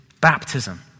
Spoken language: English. baptism